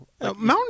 Mountain